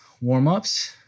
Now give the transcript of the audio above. warm-ups